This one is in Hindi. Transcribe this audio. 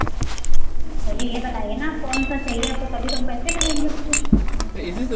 पहले ये बताइए ना आप कौन सा चाहिए आपको तभी तो हम पैसे लगाएंगे उसके